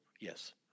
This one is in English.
Yes